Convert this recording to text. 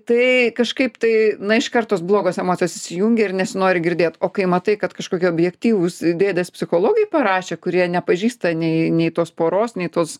tai kažkaip tai na iš kart tos blogos emocijos įsijungia ir nesinori girdėt o kai matai kad kažkokie objektyvūs dėdės psichologai parašė kurie nepažįsta nei nei tos poros nei tos